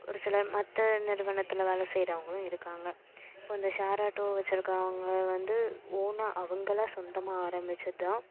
ஒரு சிலர் மற்ற நிறுவனத்தில் வேலை செய்கிறவங்களும் இருக்காங்க இப்போ இந்த ஷேர் ஆட்டோ வச்சிருக்குறவங்க வந்து ஓனாக அவங்களா சொந்தமாக ஆரம்பித்தது தான்